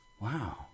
Wow